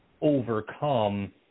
overcome